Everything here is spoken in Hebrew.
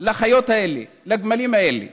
של החיות האלה, הגמלים האלה.